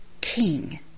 king